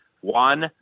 One